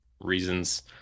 reasons